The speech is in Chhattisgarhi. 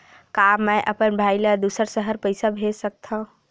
का मैं अपन भाई ल दुसर शहर पईसा भेज सकथव?